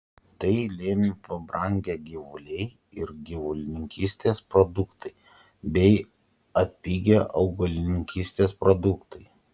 tai lėmė pabrangę gyvuliai ir gyvulininkystės produktai bei atpigę augalininkystės produktai